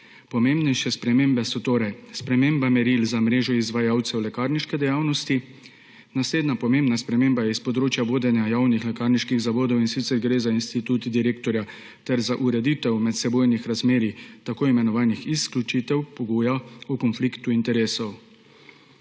Pomembnejše spremembe so torej: sprememba meril za mrežo izvajalcev lekarniške dejavnosti; naslednja pomembna sprememba je s področja vodenja javnih lekarniških zavodov, in sicer gre za institut direktorja ter za ureditev medsebojnih razmerij tako imenovanih izključitev pogoja o konfliktu interesov;